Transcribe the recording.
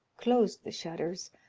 closed the shutters,